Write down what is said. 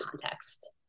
context